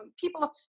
People